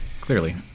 Clearly